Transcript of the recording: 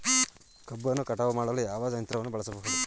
ಕಬ್ಬನ್ನು ಕಟಾವು ಮಾಡಲು ಯಾವ ಯಂತ್ರವನ್ನು ಬಳಸಬಹುದು?